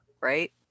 right